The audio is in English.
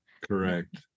Correct